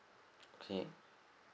mm